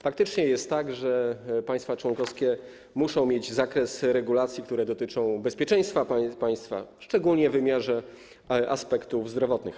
Faktycznie jest tak, że państwa członkowskie muszą mieć zakres regulacji, które dotyczą bezpieczeństwa państwa, szczególnie w wymiarze aspektów zdrowotnych.